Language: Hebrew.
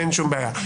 אין שום בעיה.